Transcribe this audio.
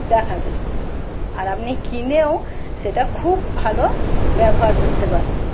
দেখাবে আর আপনি কিনেও সেটা খুব ভালো ব্যবহার করতে পারেন